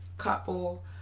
couple